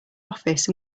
office